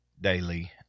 Daily